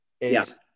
Yes